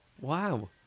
Wow